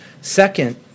Second